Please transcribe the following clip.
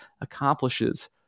accomplishes